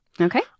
Okay